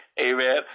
Amen